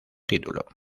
título